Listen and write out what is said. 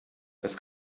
dass